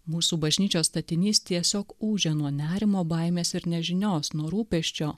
mūsų bažnyčios statinys tiesiog ūžia nuo nerimo baimės ir nežinios nuo rūpesčio